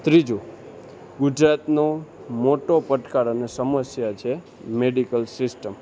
ત્રીજું ગુજરાતનો મોટો પડકાર અને સમસ્યા છે મેડિકલ સિસ્ટમ